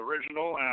original